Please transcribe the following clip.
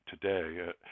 today